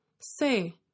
Say